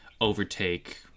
overtake